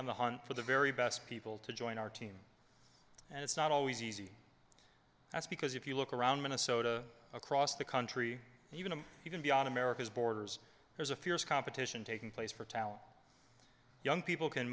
on the hunt for the very best people to join our team and it's not always easy that's because if you look around minnesota across the country even if you can be on america's borders there's a fierce competition taking place for talent young people can